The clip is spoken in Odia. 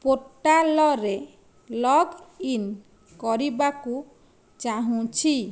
ପୋର୍ଟାଲ୍ରେ ଲଗ୍ଇନ୍ କରିବାକୁ ଚାହୁଁଛି